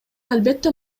албетте